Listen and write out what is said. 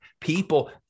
people